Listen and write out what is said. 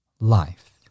life